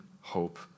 hope